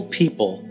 people